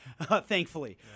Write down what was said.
thankfully